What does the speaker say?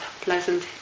pleasant